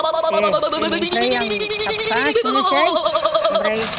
दे दिनैनिफ्राय आं साफ्फा सुनोसै ओमफ्राय